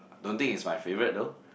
don't think it's my favourite though